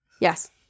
Yes